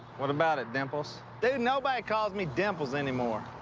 what about it, dimples? dude, nobody calls me dimples anymore.